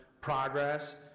progress